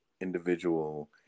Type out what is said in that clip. individual